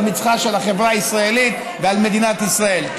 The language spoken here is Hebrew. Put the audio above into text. על מצחה של החברה הישראלית ועל מדינת ישראל.